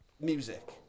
music